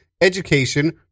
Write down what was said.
education